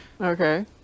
okay